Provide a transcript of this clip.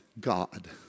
God